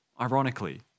ironically